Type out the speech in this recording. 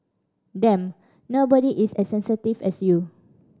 damn nobody is as sensitive as you